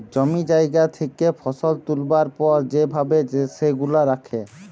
জমি জায়গা থেকে ফসল তুলবার পর যে ভাবে সেগুলা রাখে